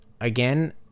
again